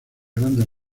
grandes